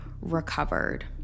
recovered